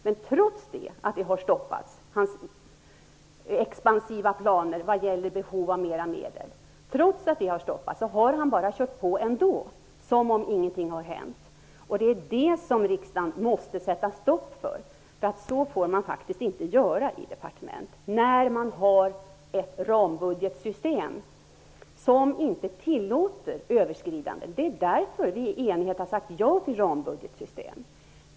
Men trots att hans expansiva planer på behov av medel har stoppats har han ändå gått vidare som om ingenting har hänt. Det är detta som riksdagen måste sätta stopp för. Så här får man faktiskt inte göra i ett departement när man har ett rambudgetsystem som inte tillåter överskridanden. Det är därför som vi i enighet har sagt ja till ett rambudgetsystem.